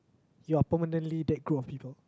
you are permanently that group of people